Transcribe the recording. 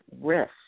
risk